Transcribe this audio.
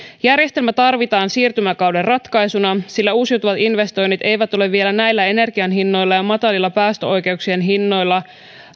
järjestelmä tarvitaan siirtymäkauden ratkaisuna sillä uusiutuvat investoinnit eivät ole vielä näillä energian hinnoilla ja matalilla päästöoikeuksien hinnoilla